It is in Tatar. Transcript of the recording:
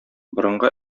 борынгы